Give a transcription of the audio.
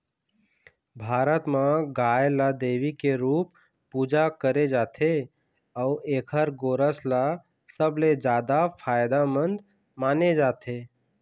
भारत म गाय ल देवी के रूप पूजा करे जाथे अउ एखर गोरस ल सबले जादा फायदामंद माने जाथे